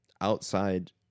outside